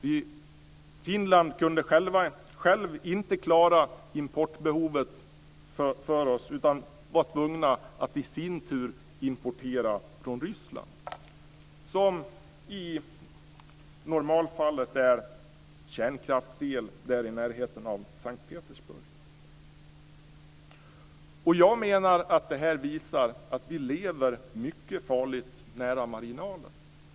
Finland kunde självt inte klara importbehovet för oss utan var tvunget att i sin tur importera från Ryssland - i normalfallet kärnkraftsel, i närheten av St Petersburg. Jag menar att detta visar att vi lever mycket farligt nära marginalen.